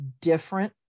different